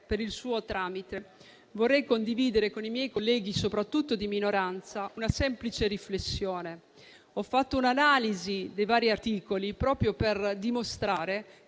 per il suo tramite vorrei condividere con i miei colleghi, soprattutto di minoranza, una semplice riflessione: ho svolto un'analisi dei vari articoli, proprio per dimostrare